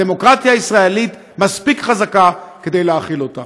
הדמוקרטיה הישראלית מספיק חזקה כדי להכיל אותם.